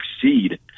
succeed